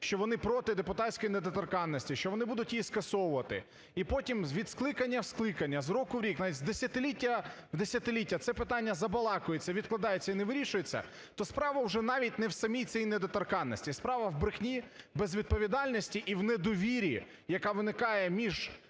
що вони проти депутатської недоторканності, що вони будуть її скасовувати, і потім від скликання в скликання, з року в рік, навіть з десятиліття в десятиліття це питання забалакується, відкладається і не вирішується, то справа вже навіть не в самій цій недоторканності, справа в брехні, безвідповідальності і в недовірі, яка виникає між,